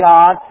God